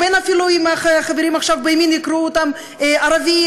אפילו אם החברים עכשיו בימין יקראו להם ערבים,